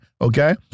Okay